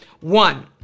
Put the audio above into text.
one